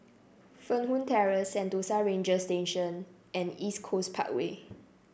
Fernwood Terrace Sentosa Ranger Station and East Coast Parkway